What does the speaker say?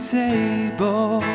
table